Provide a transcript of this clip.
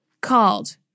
called